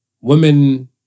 women